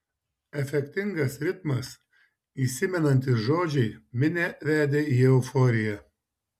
efektingas ritmas įsimenantys žodžiai minią vedė į euforiją